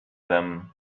them